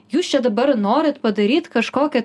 jūs čia dabar norit padaryt kažkokią